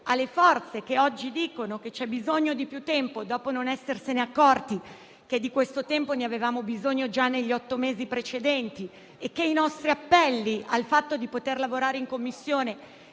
alle forze che oggi dicono che c'è bisogno di più tempo, e che non si sono accorte che di questo tempo avevamo bisogno già negli otto mesi precedenti e che i nostri appelli alla possibilità di lavorare in Commissione